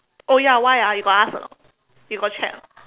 oh ya why ah you got ask or not you got check or not